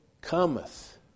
cometh